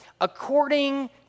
according